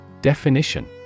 Definition